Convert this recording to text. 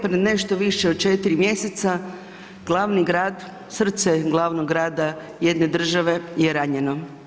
Prije nešto više od 4 mjeseca, glavni grad, srce glavnog grada jedne države je ranjeno.